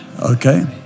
Okay